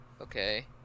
Okay